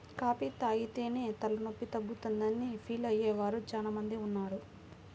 coffee తాగితేనే తలనొప్పి తగ్గుతుందని ఫీల్ అయ్యే వారు చాలా మంది ఉన్నారు